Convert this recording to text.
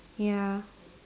ya